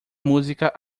música